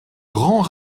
grand